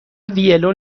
ویلون